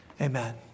Amen